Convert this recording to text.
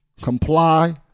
comply